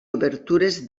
obertures